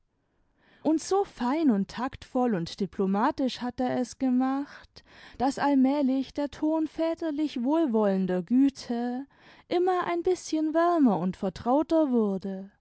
und so fein und taktvoll und diplomatisch hat er es gemacht daß allmählich der ton väterlich wohlwollender güte immer ein bißchen wärmer und vertrauter wurde